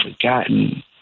forgotten